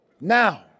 Now